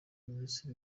minisitiri